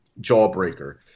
jawbreaker